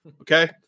Okay